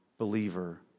believer